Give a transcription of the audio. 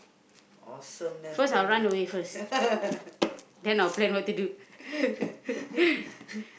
first I'll run away first then I'll plan what to do